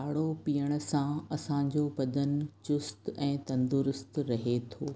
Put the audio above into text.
काढ़ो पीअण सां असांजो बदन चुस्त ऐं तंदुरुस्तु रहे थो